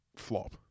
Flop